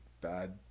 bad